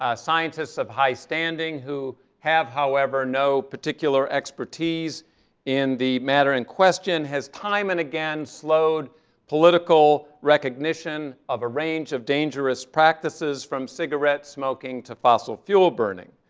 ah scientists of high standing who have, however, no particular expertise in the matter in question, has time and again slowed political recognition of a range of dangerous practices from cigarette smoking to fossil fuel burning.